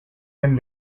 and